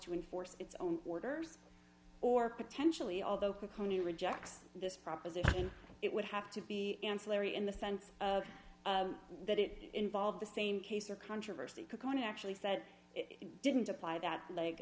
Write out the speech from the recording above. to enforce its own borders or potentially although county rejects this proposition it would have to be ancillary in the sense that it involved the same case or controversy kukkonen actually said it didn't apply that l